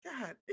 God